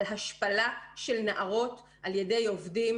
על השפלה של נערות על ידי עובדים